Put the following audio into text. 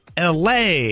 LA